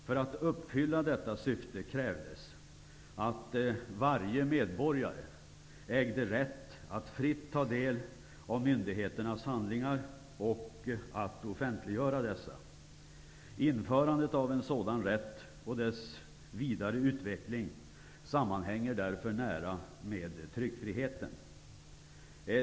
För att uppfylla detta syfte krävdes att varje medborgare ägde rätt att fritt ta del av myndigheternas handlingar och att offentliggöra dessa. Införandet av en sådan rätt och dess vidare utveckling sammanhänger därför nära med tryckfriheten.